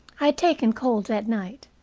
i had taken cold that night,